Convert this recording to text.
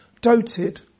doted